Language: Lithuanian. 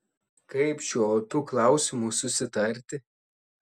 kaip šiuo opiu klausimu susitarti